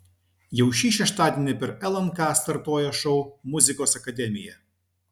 jau šį šeštadienį per lnk startuoja šou muzikos akademija